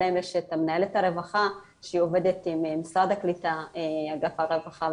עליהם יש את מנהלת הרווחה שהיא עובדת עם משרד הקליטה אגף הרווחה,